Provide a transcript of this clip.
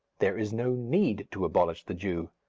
there is no need to abolish the jew.